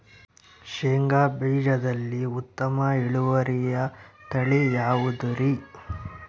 ಶೇಂಗಾ ಬೇಜದಲ್ಲಿ ಉತ್ತಮ ಇಳುವರಿಯ ತಳಿ ಯಾವುದುರಿ?